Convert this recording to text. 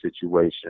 situation